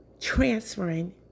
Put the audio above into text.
transferring